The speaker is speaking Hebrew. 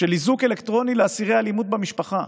של איזוק אלקטרוני לאסירי אלימות במשפחה